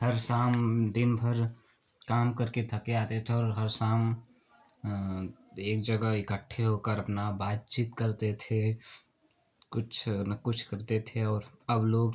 हर शाम दिन भर काम करके आते थे और हर शाम एक जगह इकट्ठे होकर अपना बातचीत करते थे कुछ न कुछ करते थे और अब लोग